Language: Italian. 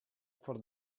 for